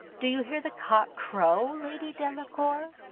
do you hear the cock crow, lady delacour?